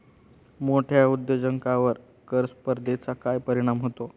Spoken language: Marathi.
मोठ्या उद्योजकांवर कर स्पर्धेचा काय परिणाम होतो?